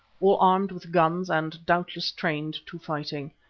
all armed with guns and doubtless trained to fighting.